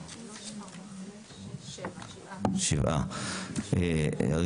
7. מי נמנע?